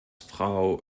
frau